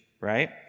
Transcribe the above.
right